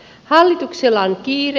hallituksella on kiire